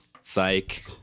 Psych